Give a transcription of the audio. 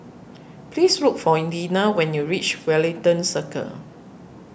please look for Dina when you reach Wellington Circle